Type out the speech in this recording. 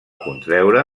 contreure